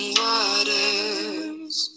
waters